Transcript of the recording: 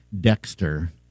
Dexter